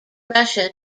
russia